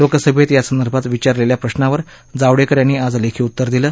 लोकसभेत यासंदर्भात विचारलेल्या प्रश्नावर जावडेकर यांनी आज लेखी उत्तर दिलं